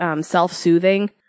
self-soothing